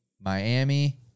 Miami